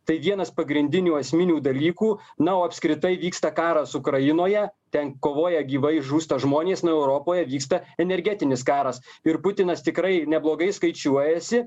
tai vienas pagrindinių esminių dalykų na o apskritai vyksta karas ukrainoje ten kovoja gyvai žūsta žmonės na europoje vyksta energetinis karas ir putinas tikrai neblogai skaičiuojasi